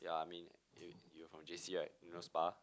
yeah I mean you you were from J_C right you know spa